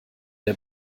der